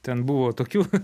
ten buvo tokių